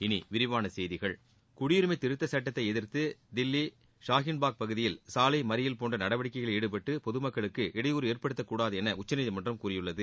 இனி விரிவான செய்திகள் குடியுரிமை திருத்தச் சுட்டத்தை எதிர்த்து தில்லி ஷாஹின் பாக் பகுதியில் சாலை மறியல் போன்ற நடவடிக்கைகளில் ஈடுபட்டு பொதுமக்களுக்கு இடையூறு ஏற்படுத்தக்கூடாது என உச்சநீதிமன்றம் கூறியுள்ளது